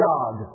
God